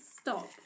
stop